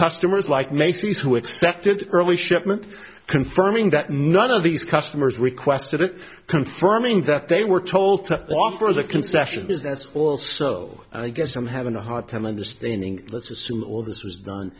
customers like macy's who expected early shipment confirming that none of these customers requested it confirming that they were told to offer the concession business also i guess i'm having a hard time understanding let's assume all this was done